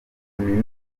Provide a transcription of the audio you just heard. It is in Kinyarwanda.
kaminuza